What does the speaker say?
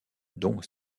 dont